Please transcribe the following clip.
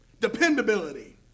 Dependability